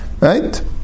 right